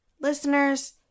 Listeners